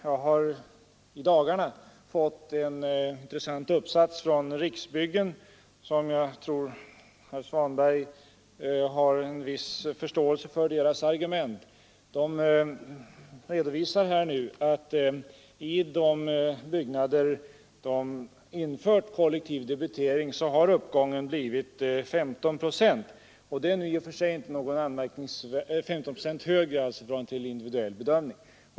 Jag har i dagarna fått en intressant redovisning från Riksbyggen, och jag tror att herr Svanberg har en viss förståelse för argumenten där. I de byggnader där Riksbyggen infört kollektiv debitering har konsumtionen gått upp med 15 procent jämfört med konsumtionen vid individuell debitering.